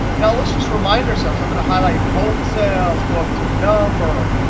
now let's just remind ourselves i'm going to highlight both cells, go up to number,